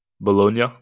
Bologna